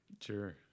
Sure